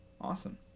awesome